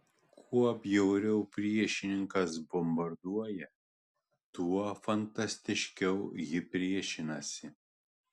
kuo bjauriau priešininkas bombarduoja tuo fanatiškiau ji priešinasi